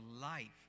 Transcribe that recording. life